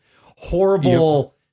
horrible